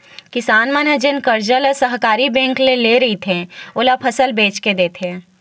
किसान मन ह जेन करजा ल सहकारी बेंक ले रहिथे, ओला फसल बेच के देथे